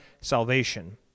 salvation